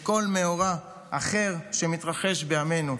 מכל מאורע אחר שמתרחש בימינו.